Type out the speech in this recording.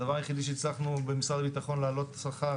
הדבר היחידי שהצלחנו במשרד הביטחון להעלות שכר,